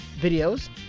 videos